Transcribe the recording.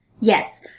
Yes